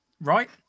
right